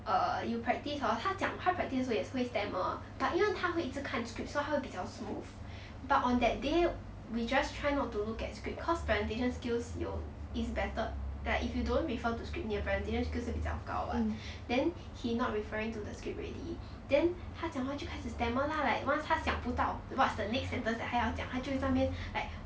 err you practise hor 他讲他 practise 也是会 stammer but you know 他会一直看 script so 他会比较 smooth but on that day we just try not to look at script cause presentation skills 有 is better that if you don't refer to script 你的 presentation skills 会比较高 [what] then he not referring to the script already then 她讲话就开始 stammer lah like once 他想不到 what's the next sentence that 他要讲他就会在那边 like